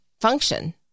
function